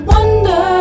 Wonder